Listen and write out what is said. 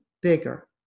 bigger